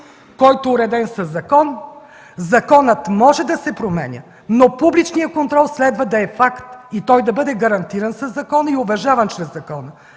фонд, уреден със закон, законът може да се променя, но публичният контрол следва да е факт и той да бъде гарантиран със закон и уважаван чрез закон.